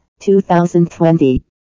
2020